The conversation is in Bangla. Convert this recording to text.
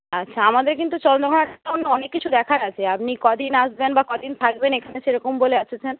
আচ্ছা আমাদের কিন্তু অনেক কিছু দেখার আছে আপনি কদিন আসবেন বা কদিন থাকবেন এখানে সেরকম বলে